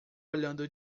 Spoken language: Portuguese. olhando